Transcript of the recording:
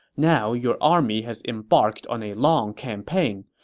now your army has embarked on a long campaign,